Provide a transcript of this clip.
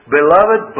Beloved